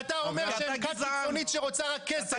ואתה אומר שהם כת קיצונית שרוצה רק כסף.